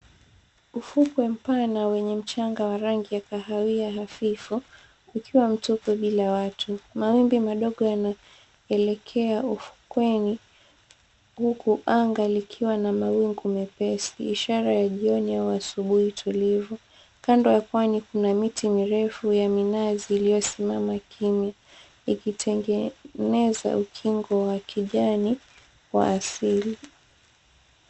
Ufukwe mpana wenye mchanga wa rangi ya kahawia hafifu ukiwa mtupu bila watu. Mawimbi madogo yanaelekea ufukweni huku anga likiwa na mawingu mepesi ishara ya jioni ama asubuhi tulivu. Kando ya pwani kuna miti mirefu ya minazi iliyosimama kimya ikitengeneza ukingo wa kijani wa asili.